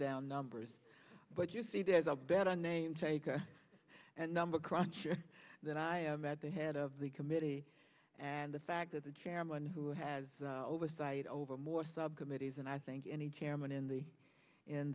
down numbers but you see there is a better name taker and number crunch that i am at the head of the committee and the fact that the chairman who has oversight over more subcommittees and i think any chairman in the in